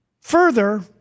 Further